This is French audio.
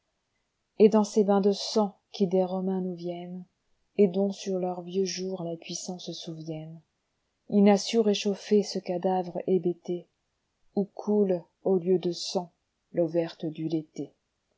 et dans ces bains de sang qui des romains nous viennent et dont sur leurs vieux jours la puissance souvienne une assure réchauffée ce cadavre hébété où coule au lieu de sang l'eau verte du léthé